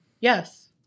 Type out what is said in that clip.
Yes